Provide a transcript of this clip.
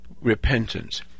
repentance